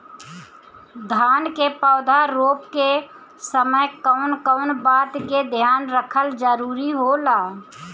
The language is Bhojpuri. धान के पौधा रोप के समय कउन कउन बात के ध्यान रखल जरूरी होला?